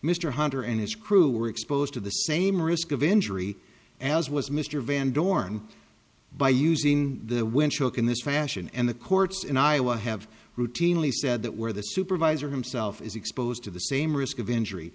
mr hunter and his crew were exposed to the same risk of injury as was mr van dorn by using the windshield in this fashion and the courts in iowa have routinely said that where the supervisor himself is exposed to the same risk of injury